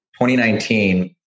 2019